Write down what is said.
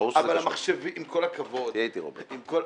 עם כל הכבוד,